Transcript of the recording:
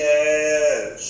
Yes